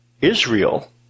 Israel